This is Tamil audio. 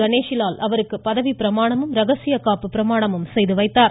கணேஷிலால் அவருக்கு பதவி பிரமாணமும் இரகசியகாப்பு பிரமாணமும் செய்து வைத்தார்